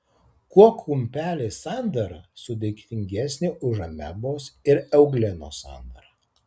kuo klumpelės sandara sudėtingesnė už amebos ir euglenos sandarą